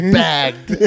bagged